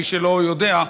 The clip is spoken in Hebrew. למי שלא יודע,